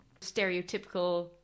stereotypical